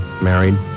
married